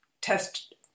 test